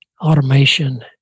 automation